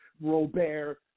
Robert